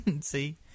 See